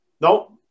Nope